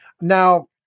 Now